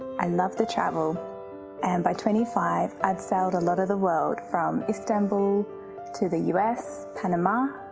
i loved to travel and by twenty five, i'd sailed a lot of the world from istanbul to the us, panama,